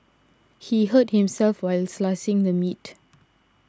he hurt himself while slicing the meat